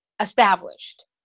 established